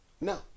No